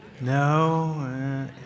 No